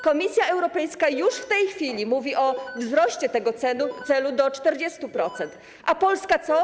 Komisja Europejska już w tej chwili mówi o wzroście tego celu do 40%, a Polska co?